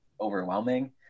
overwhelming